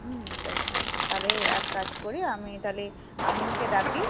হুম তাস তাহলে এক কাজ করি আমি তাহলে আমিনকে ডাকি